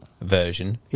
version